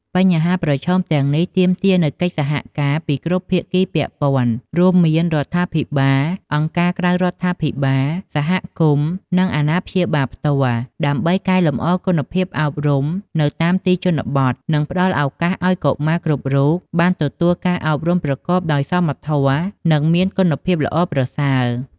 បញ្ហាប្រឈមទាំងនេះទាមទារនូវកិច្ចសហការពីគ្រប់ភាគីពាក់ព័ន្ធ រួមមានរដ្ឋាភិបាល អង្គការក្រៅរដ្ឋាភិបាល សហគមន៍ និងអាណាព្យាបាលផ្ទាល់ ដើម្បីកែលម្អគុណភាពអប់រំនៅតាមទីជនបទ និងផ្តល់ឱកាសឲ្យកុមារគ្រប់រូបបានទទួលការអប់រំប្រកបដោយសមធម៌ និងមានគុណភាពល្អប្រសើរ។